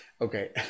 Okay